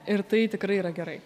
ir tai tikrai yra gerai